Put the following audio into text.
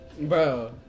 Bro